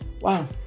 wow